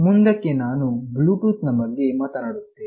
ಮುಂದಕ್ಕೆ ನಾನು ಬ್ಲೂಟೂತ್ ನ ಬಗ್ಗೆ ಮಾತನಾಡುತ್ತೇನೆ